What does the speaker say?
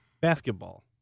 basketball